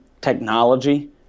technology